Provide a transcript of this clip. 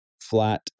flat